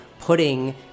putting